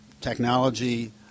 technology